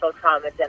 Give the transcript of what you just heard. trauma